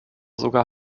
sogar